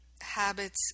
habits